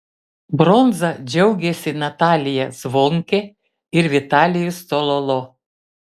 bronza džiaugėsi natalija zvonkė ir vitalijus cololo